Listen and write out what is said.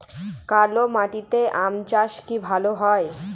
কালো মাটিতে আম চাষ কি ভালো হয়?